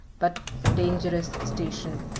but dangerous station.